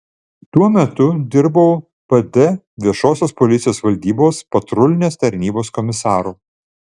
tuo metu dirbau pd viešosios policijos valdybos patrulinės tarnybos komisaru